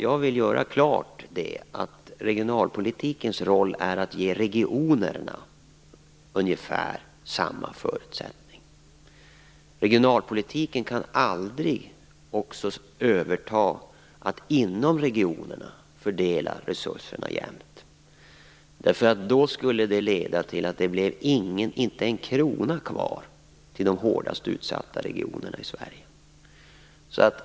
Jag vill göra klart att regionalpolitikens roll är att ge regionerna ungefär samma förutsättningar. Regionalpolitiken kan aldrig överta uppgiften att också inom regionerna fördela resurserna jämnt. Det skulle leda till att inte en krona blev kvar till de hårdast utsatta regionerna i Sverige.